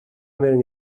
wearing